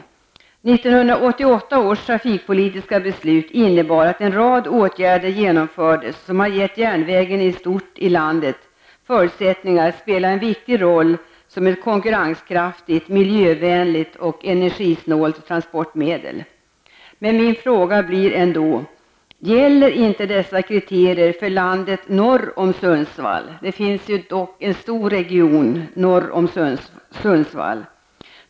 1988 års trafikpolitiska beslut innebar att en rad åtgärder genomfördes, som har gett landets järnvägar i stort förutsättningar att spela en viktig roll som ett konkurrenskraftigt, miljövänligt och energisnålt transportmedel. Min fråga blir ändå: Gäller inte dessa kriterier landet norr om Sundsvall? Det finns en stor region norr om Sundsvall.